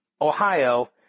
Ohio